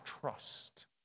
trust